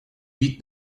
beat